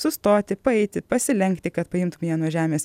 sustoti paeiti pasilenkti kad paimtum ją nuo žemės